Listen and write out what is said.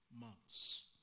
months